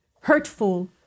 hurtful